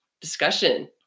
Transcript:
discussion